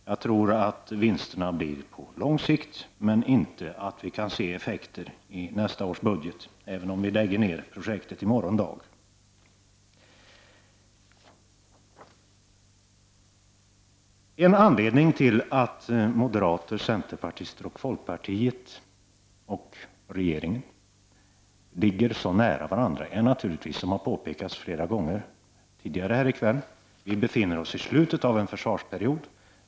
Jag tror att det blir vinster på lång sikt, men jag tror inte att vi kan se effekter i nästa års budget även om vi lägger ner projektet i morgon dag. En anledning till att moderater, centerpartister och folkpartister och rege ringen ligger så nära varandra är naturligtvis, vilket har påpekats flera gånger tidigare här i kväll, att vi befinner oss i slutet av en försvarsperiod.